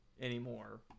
anymore